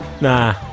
Nah